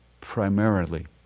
primarily